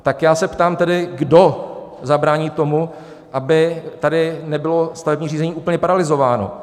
Tak já se tedy ptám, kdo zabrání tomu, aby tady nebylo stavební řízení úplně paralyzováno.